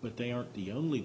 but they aren't the only